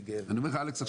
אלכס,